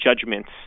judgments